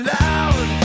loud